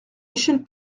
michel